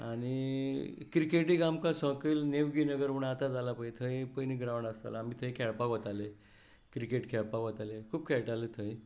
आनी क्रिकेटीक आमकां नेवगी नगर म्हूण आतां जालां पळय थंय पयलीं ग्राउंड आसतालो आमी थंय खेळपाक वताले क्रिकेट खेळपाक वताले खूब खेळटाले थंय